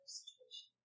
situation